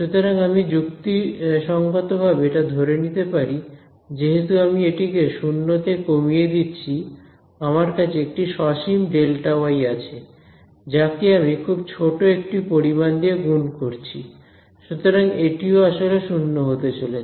সুতরাং আমি যুক্তিসঙ্গতভাবে এটা ধরে নিতে পারি যেহেতু আমি এটি কে 0 তে কমিয়ে দিচ্ছি আমার কাছে একটি সসীম Δy আছে যাকে আমি খুব ছোট একটি পরিমাণ দিয়ে গুন করছি সুতরাং এটিও আসলে শূন্য হতে চলেছে